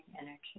energy